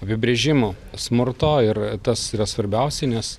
apibrėžimo smurto ir tas yra svarbiausia nes